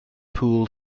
pool